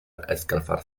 escalfar